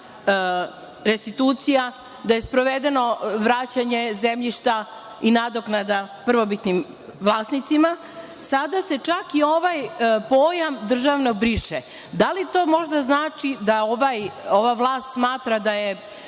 restitucija, da je sprovedeno vraćanje zemljišta i nadoknada prvobitnim vlasnicima, sada se čak i ovaj pojam „državno“ briše. Da li to znači da ova vlast smatra da